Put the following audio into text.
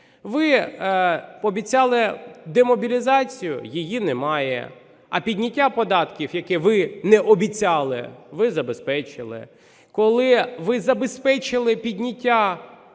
Ви пообіцяли демобілізацію. Її немає. А підняття податків, яке ви не обіцяли, ви забезпечили. Коли ви забезпечили підняття видатків